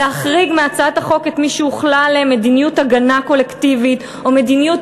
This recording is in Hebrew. ולהחריג מהצגת החוק את מי שהוחלה עליהם מדיניות הגנה קולקטיבית או מדיניות